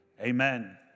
Amen